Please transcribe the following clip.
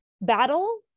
battle